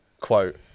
quote